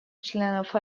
членов